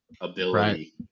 ability